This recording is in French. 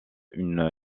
une